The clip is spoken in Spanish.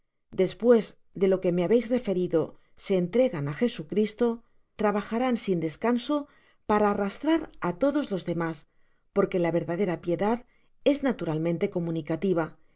despues de lo que me habeis referido se entregan á jesucristo trabajarán sin descanso para arrastrar á lo dos los demas porque la verdadera piedad es naturalmente